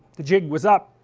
the jig was up